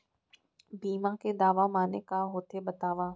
बीमा के दावा माने का होथे बतावव?